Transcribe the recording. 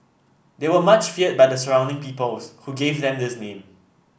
they were much feared by the surrounding peoples who gave them this name